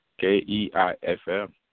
K-E-I-F-M